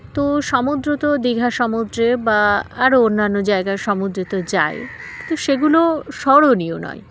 তো সমুদ্র তো দীঘা সমুদ্রে বা আরও অন্যান্য জায়গার সমুদ্রে তো যাই তো সেগুলো স্মরণীয় নয়